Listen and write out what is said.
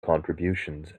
contributions